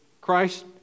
Christ